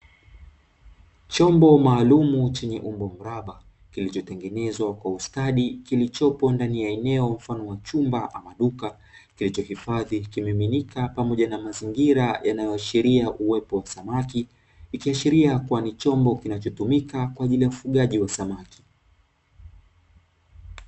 Chombo maalumu chenye umbo mraba kilichotengenezwa kwa ustadi kilichopo ndani ya eneo mfano wa chumba ama duka, kilichohifadhi kimiminika pamoja na mazingira yanayoashiria uwepo wa samaki, ikiashiria kuwa ni chombo kinachotumika kwa ajili ya ufugaji wa samaki.